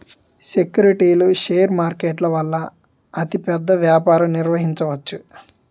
సెక్యూరిటీలు షేర్ మార్కెట్ల వలన అతిపెద్ద వ్యాపారం నిర్వహించవచ్చు